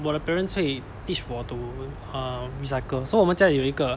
我的 parents 会 teach 我 to uh recycle so 我们家有一个